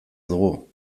dugu